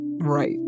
right